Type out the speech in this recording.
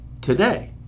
today